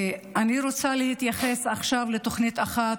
אני רוצה להתייחס עכשיו לתוכנית אחת,